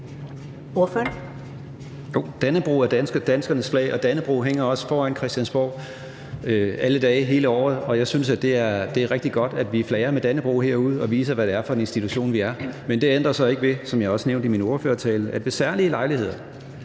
Dannebrog er danskernes flag, og Dannebrog hænger også foran Christiansborg alle dage hele året, og jeg synes, at det er rigtig godt, at vi flager med Dannebrog herudenfor og viser, hvad det er for en institution, vi er. Men det ændrer så ikke ved, hvilket jeg også nævnte i min ordførertale, at ved særlige lejligheder